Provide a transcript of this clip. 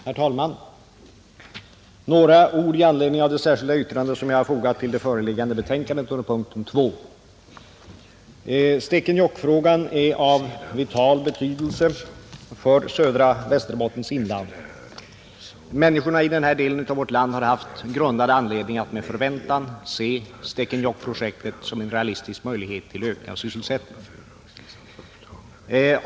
Herr talman! Jag vill anföra några ord i anledning av det särskilda yttrande som jag har fogat till det föreliggande betänkandet under punkten 2, ; Stekenjokkfrågan är av vital betydelse för södra Västerbottens inland. Människorna i denna del av vårt land har haft grundad anledning att med förväntan se Stekenjokkprojektet som en realistisk möjlighet till ökning av sysselsättningen.